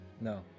No